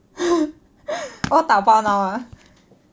all dabao now ah